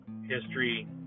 history